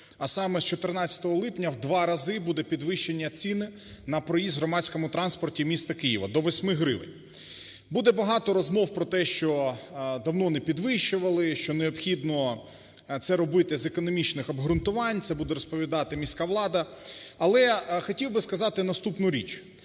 А саме, з 14 липня в два рази буде підвищення цін на проїзд в громадському транспорті міста Києва – до 8 гривень. Буде багато розмов про те, що давно не підвищували, що необхідно це робити з економічних обґрунтувань, це буде розповідати міська влада. Але хотів би сказати наступну річ.